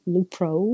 Lupro